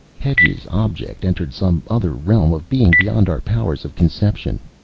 hedge's object entered some other realm of being, beyond our powers of conception.